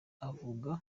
avuga